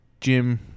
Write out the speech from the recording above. Jim